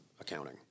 accounting